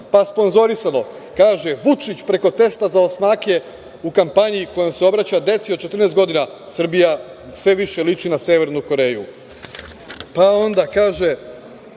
pa sponzorisano, kaže: „Vučić preko testa za osmake u kampanji kojom se obraća deci od 14 godina Srbija sve više liči na Severnu Koreju“.Pa, onda kaže